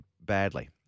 badly